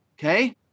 okay